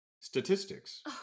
Statistics